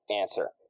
answer